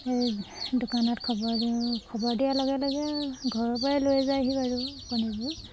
এই দোকানত খবৰ দিওঁ খবৰ দিয়াৰ লগে লগে ঘৰৰপৰাই লৈ যায়হি বাৰু কণীবোৰ